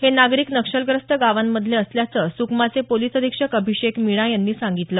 हे नागरिक नक्षलग्रस्त गावांमधले असल्याचं सुकमाचे पोलिस अधिक्षक अभिषेक मीणा यांनी सांगितलं